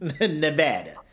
Nevada